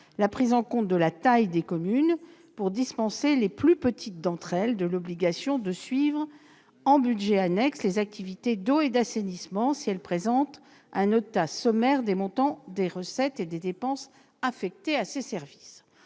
la prise en compte de la taille des communes, afin de dispenser les plus petites d'entre elles de l'obligation de suivre, en budget annexe, les activités d'eau et d'assainissement si elles présentent un état sommaire des montants des recettes et des dépenses affectées à ces services.